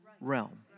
realm